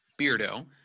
Beardo